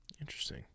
Interesting